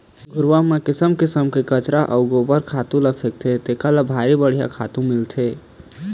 घुरूवा म किसम किसम के कचरा अउ गोबर ल फेकथे तेखर ले भारी बड़िहा खातू मिलथे